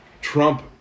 Trump